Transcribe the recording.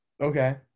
Okay